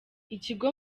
ikigo